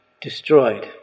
destroyed